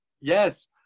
Yes